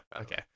Okay